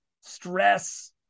stress